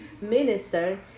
Minister